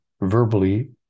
verbally